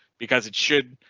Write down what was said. because it should